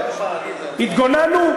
טוב, התגוננו.